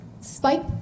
spike